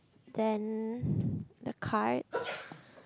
then the card